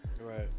right